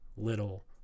little